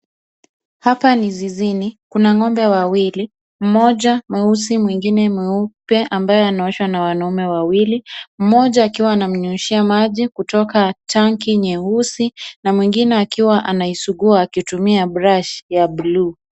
Hapa ni zizini, kuna ngombe wawili, mmoja mweusi na mwingine mweupe ambaye anawoshwa na wanaume wawili, mmoja akiwa namnyunyizia maji kutoka tanki nyeusi, na mwingine akiwa anaisugua akitumia brush ya blue .